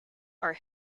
are